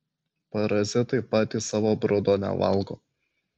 parazitai patys savo brudo nevalgo